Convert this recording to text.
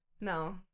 No